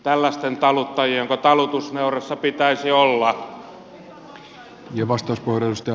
tällaisten taluttajienko talutusnuorassa pitäisi olla